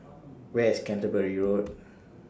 Where IS Canterbury Road